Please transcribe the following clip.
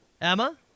Emma